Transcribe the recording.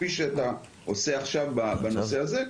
כפי שאתה עושה עכשיו בנושא הזה,